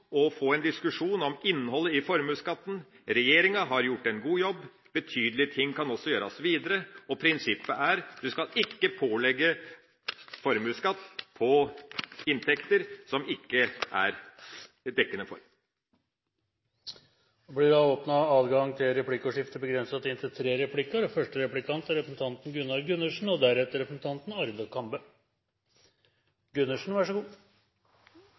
å få en diskusjon om innholdet i formuesskatten. Regjeringa har gjort en god jobb. Betydelige ting kan også gjøres videre. Prinsippet er: Du skal ikke pålegge formuesskatt på inntekter som det ikke er dekning for. Det blir adgang til replikkordskifte. Vi har gjennom hele debatten hørt at det er